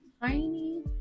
Tiny